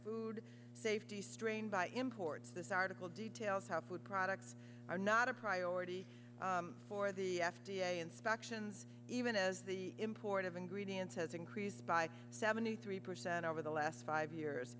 food safety strained by imports this article details how put products are not a priority for the f d a inspections even as the import of ingredients has increased by seventy three percent over the last five years